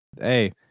Hey